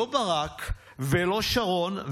לא ברק ולא שרון,